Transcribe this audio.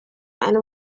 and